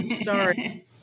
sorry